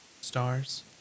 Stars